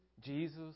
Jesus